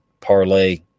parlay